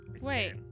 Wait